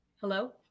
Hello